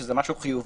שזה דבר חיובי.